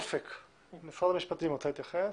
משרד המשפטים רוצה להתייחס.